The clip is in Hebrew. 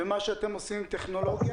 ומה שאתם עושים עם הטכנולוגיה.